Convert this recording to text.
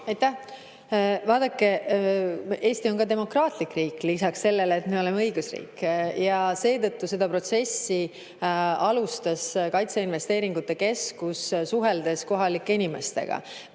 Aitäh! Vaadake, Eesti on ka demokraatlik riik lisaks sellele, et me oleme õigusriik. Seetõttu seda protsessi alustas kaitseinvesteeringute keskus, suheldes kohalike inimestega.